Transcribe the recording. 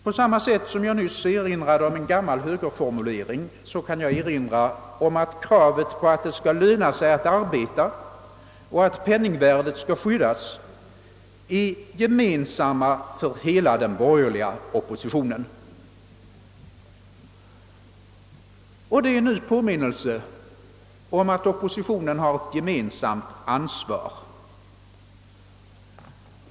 På samma sätt som jag nyss erinrade om en gammal högerformulering kan jag erinra om att kraven på att det skall löna sig att arbeta och att penningvärdet skall skyddas är gemensamma för hela den borgerliga oppositionen. Detta är en ny påminnelse om att oppositionen har ett gemensamt ansvar.